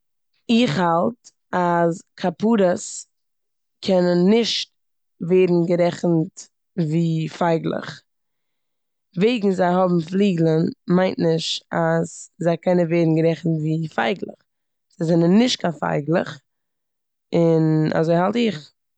איך האלט אז כפרות קענען נישט ווערן גערעכנט ווי פייגלעך. וועגן זיי האבן פליגלען מיינט נישט אז זיי קענען ווערן גערעכנט ווי פייגלעך. זיי זענען נישט קיין פייגלעך און אזוי האלט איך.